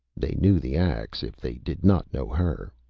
they knew the axe, if they did not know her.